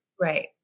Right